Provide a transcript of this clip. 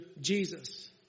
Jesus